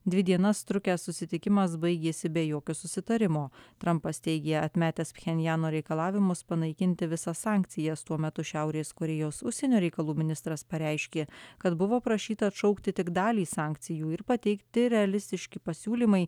dvi dienas trukęs susitikimas baigėsi be jokio susitarimo trampas teigė atmetęs pchenjano reikalavimus panaikinti visas sankcijas tuo metu šiaurės korėjos užsienio reikalų ministras pareiškė kad buvo prašyta atšaukti tik dalį sankcijų ir pateikti realistiški pasiūlymai